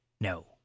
No